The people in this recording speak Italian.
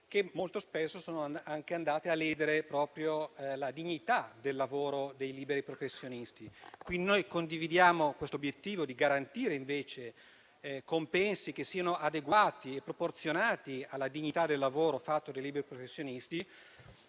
che sono anche andate a ledere la dignità del lavoro dei liberi professionisti. Condividiamo l'obiettivo di garantire invece compensi adeguati e proporzionati alla dignità del lavoro fatto dai liberi professionisti